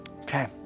okay